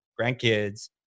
grandkids